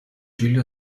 julia